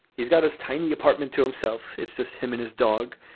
he's got his tiny apartment to himself. it's just him and his dog.